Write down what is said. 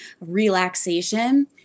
relaxation